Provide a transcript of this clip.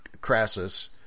Crassus